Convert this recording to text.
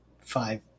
five